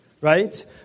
right